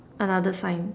another sign